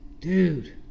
dude